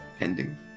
ending